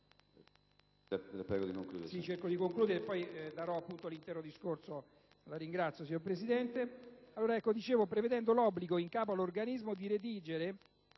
prego di concludere